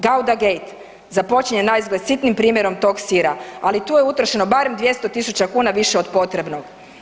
Gauda gate započinje naizgled sitnim primjerom tog sira, ali tu je utrošeno barem 200.000 kuna više od potrebnog.